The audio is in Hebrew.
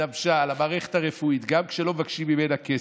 התלבשה על המערכת הרפואית גם כשלא מבקשים ממנה כסף,